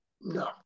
no